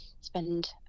spend